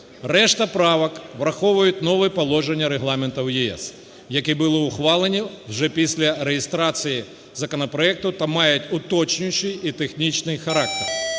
Решта правок враховують нові положення регламентів ЄС, які були ухвалені вже після реєстрації законопроекту та мають уточнюючий і технічний характер.